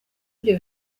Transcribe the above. ibyo